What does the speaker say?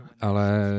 ale